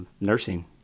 nursing